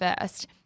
first